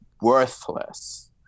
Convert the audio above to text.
worthless